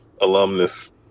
alumnus